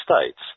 states